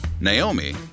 Naomi